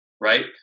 right